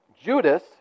Judas